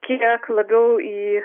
kiek labiau į